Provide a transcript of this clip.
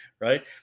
right